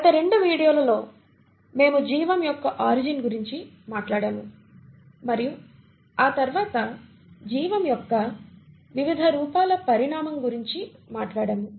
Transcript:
గత 2 వీడియోలలో మేము జీవం యొక్క ఆరిజిన్ గురించి మాట్లాడాము మరియు ఆ తర్వాత జీవం యొక్క వివిధ రూపాల పరిణామం గురించి మాట్లాడాము